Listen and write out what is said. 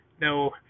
no